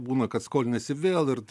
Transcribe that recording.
būna kad skoliniesi vėl ir